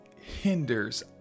hinders